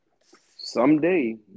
someday